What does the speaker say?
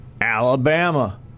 Alabama